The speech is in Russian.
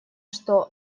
что